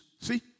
See